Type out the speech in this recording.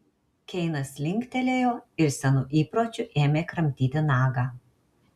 keinas linktelėjo ir senu įpročiu ėmė kramtyti nagą